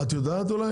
את אולי יודעת?